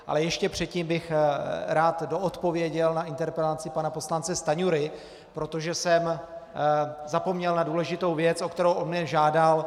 Ale ještě předtím bych rád doodpověděl na interpelaci pana poslance Stanjury, protože jsem zapomněl na důležitou věc, o kterou on mě žádal.